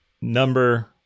number